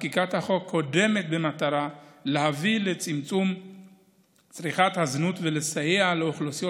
חקיקת החוק קודמה במטרה להביא לצמצום צריכת הזנות ולסייע לאוכלוסיות